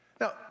Now